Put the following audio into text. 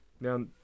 Now